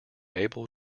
able